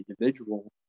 individual